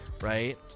Right